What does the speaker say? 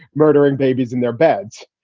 murdering babies in their beds.